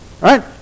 right